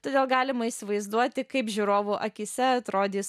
todėl galima įsivaizduoti kaip žiūrovų akyse atrodys